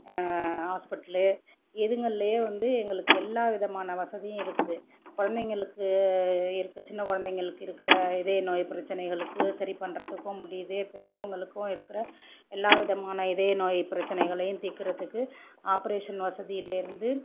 hospital இதுங்கள்லயே வந்து எங்களுக்கு எல்லா விதமான வசதியும் இருக்குது கொழந்தைகளுக்கு இருக்க சின்ன கொழந்தைகளுக்கு இருக்கிற இதய நோய் பிரச்சனைகளுக்கு சரி பண்ணுறதுக்கும் முடியுது பெரியவங்களுக்கும் இருக்கிற எல்லா விதமான இதய நோய் பிரச்சனைகளையும் தீர்க்கிறதுக்கு ஆப்ரேஷன் வசதியிலேருந்து